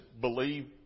believe